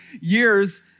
years